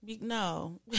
no